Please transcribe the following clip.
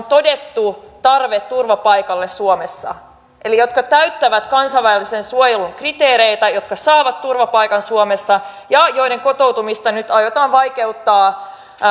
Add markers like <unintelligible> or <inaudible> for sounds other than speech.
<unintelligible> todettu tarve turvapaikalle suomessa jotka täyttävät kansainvälisen suojelun kriteerit ja jotka saavat turvapaikan suomessa ja joiden kotoutumista nyt aiotaan vaikeuttaa